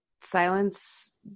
silence